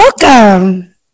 Welcome